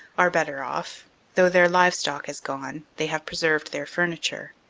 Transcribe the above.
are better off though their livestock has gone, they have preserved their furniture.